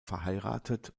verheiratet